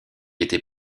était